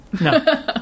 no